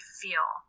feel